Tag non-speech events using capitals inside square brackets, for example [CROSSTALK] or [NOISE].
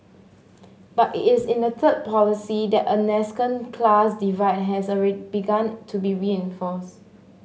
but it is in the third policy that a nascent class divide has [UNINTELLIGIBLE] begun to be reinforced